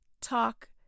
talk